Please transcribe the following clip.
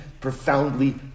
profoundly